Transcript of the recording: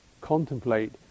contemplate